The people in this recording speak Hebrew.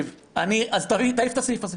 אז תעיף את הסעיף הזה.